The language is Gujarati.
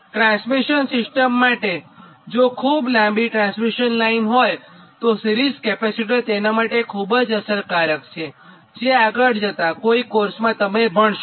ટ્રાન્સમિશન સિસ્ટમ માટે જો ખુબ લાંબી ટ્રાન્સમિશન લાઇન હોય સિરીઝ કેપેસિટર તેના માટે ખૂબ અસરકારક છે જે આગળ જતા કોઈ કોર્સમાં તમે ભણશો